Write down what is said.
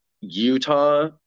Utah